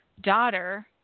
daughter